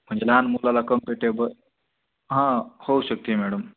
म्हणजे लहान मुलाला कम्पर्टेबल हां होऊ शकते मॅडम